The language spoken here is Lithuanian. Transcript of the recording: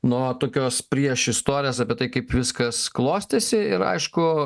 nuo tokios priešistorės apie tai kaip viskas klostėsi ir aišku